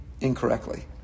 incorrectly